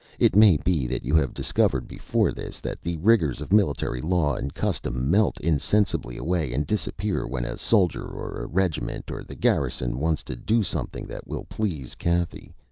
it may be that you have discovered, before this, that the rigors of military law and custom melt insensibly away and disappear when a soldier or a regiment or the garrison wants to do something that will please cathy.